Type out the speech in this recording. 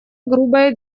грубая